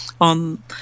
on